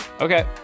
okay